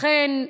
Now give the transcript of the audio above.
לכן,